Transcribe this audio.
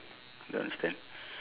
don't understand